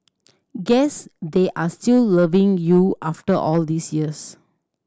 guess they are still loving you after all these years